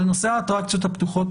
אבל נושא האטרקציות הפתוחות,